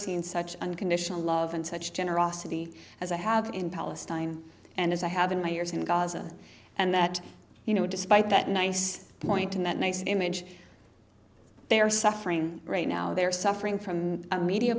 seen such unconditional love and such generosity as i have in palestine and as i have in my years in gaza and that you know despite that nice point in that nice image they are suffering right now they're suffering from a media